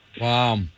Wow